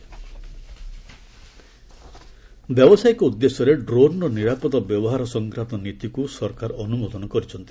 ଗମେଣ୍ଟ drone ବ୍ୟବସାୟିକ ଉଦ୍ଦେଶ୍ୟରେ ଡ୍ରୋନ୍ର ନିରାପଦ ବ୍ୟବହାର ସଂକ୍ରାନ୍ତ ନୀତିକୁ ସରକାର ଅନୁମୋଦନ କରିଛନ୍ତି